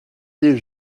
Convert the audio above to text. des